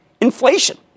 Inflation